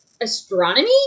Astronomy